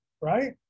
right